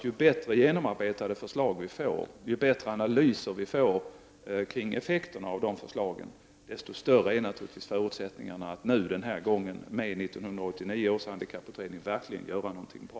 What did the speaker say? Ju bättre genomarbetade förslag vi får och ju bättre analyser vi får när det gäller effekterna av förslagen, desto större är naturligtvis förutsättningarna att vi denna gång med 1989 års handikapputredning verkligen kan göra något bra.